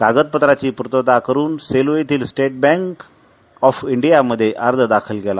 कागदपत्रांची पूतता करून सेलू इथून स्टेट बँक ऑफ ईांडयामध्ये अज दाखल केला